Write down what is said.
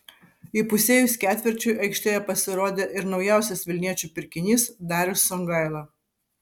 įpusėjus ketvirčiui aikštėje pasirodė ir naujausias vilniečių pirkinys darius songaila